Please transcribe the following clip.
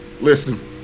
listen